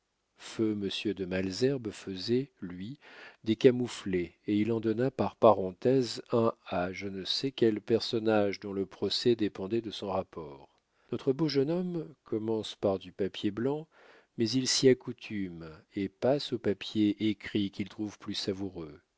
feu monsieur de malesherbes faisait lui des camouflets et il en donna par parenthèse un à je ne sais quel personnage dont le procès dépendait de son rapport notre beau jeune homme commence par du papier blanc mais il s'y accoutume et passe aux papiers écrits qu'il trouve plus savoureux